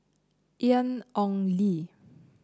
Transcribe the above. Ian Ong Li